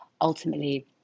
ultimately